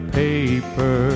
paper